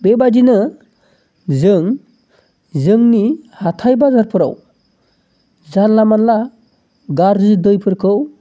बेबायदिनो जों जोंनि हाथाइ बाजारफोराव जानला मानला गाज्रि दैफोरखौ